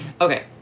Okay